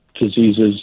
diseases